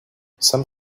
some